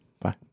Bye